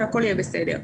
והכול יהיה בסדר.